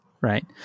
right